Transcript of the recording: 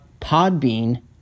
Podbean